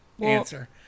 answer